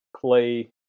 play